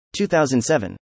2007